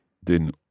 den